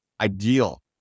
ideal